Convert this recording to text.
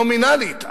נומינלית,